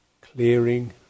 clearing